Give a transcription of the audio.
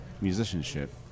musicianship